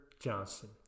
johnson